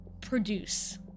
produce